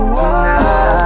tonight